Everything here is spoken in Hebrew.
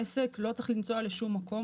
העסק לא צריך לנסוע לשום מקום,